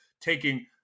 taking